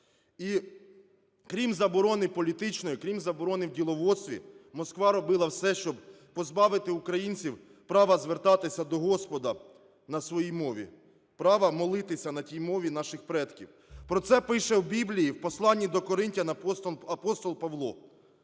І крім заборони політичної, крім заборони в діловодстві Москва робила все, щоб позбавити українців права звертатися до Господа на своїй мові, права молитися на тій мові наших предків. Про це пише в Біблії в посланні доКоринтян апостол Павло: